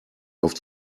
auf